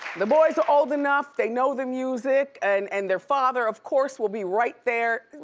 the boys are old enough, they know the music, and and their father, of course, will be right there.